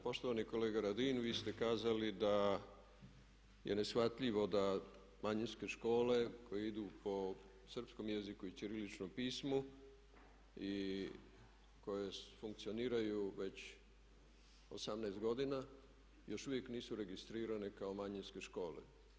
Poštovani kolega Radin, vi ste kazali da je neshvatljivo da manjinske škole koje idu po srpskom jeziku i ćirilićnom pismu i koje funkcioniraju već 18 godina još uvijek nisu registrirane kao manjinske škole.